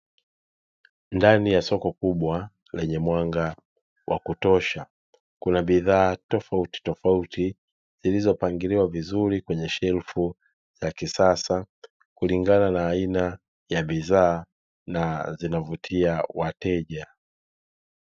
Ndani ya soko kubwa lenye mwanga wa kutosha, kuna bidhaa tofautitofauti zilizopangiliwa vizuri kwenye shelfu za kisasa, kulingana na aina ya bidhaa na zinavutia wateja.